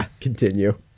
continue